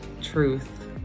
truth